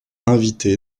invité